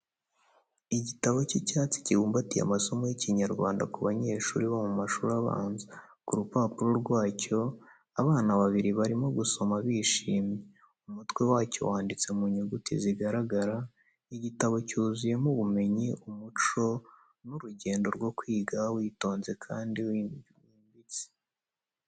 Igitabo cy’icyatsi kibumbatiye amasomo y’Ikinyarwanda ku banyeshuri bo mu mashuri abanza. Ku rupapuro rwacyo, abana babiri barimo gusoma bishimye. Umutwe wacyo wanditse mu nyuguti zigaragara. Igitabo cyuzuyemo ubumenyi, umuco, n’urugendo rwo kwiga witonze kandi wimbitse.